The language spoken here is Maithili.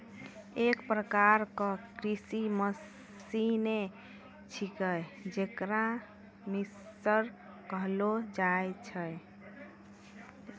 एक प्रकार क कृषि मसीने छिकै जेकरा मिक्सर कहलो जाय छै